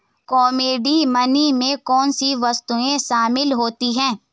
Commodity money में कौन सी वस्तुएं शामिल होती हैं?